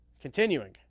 Continuing